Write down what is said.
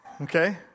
okay